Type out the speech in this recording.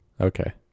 okay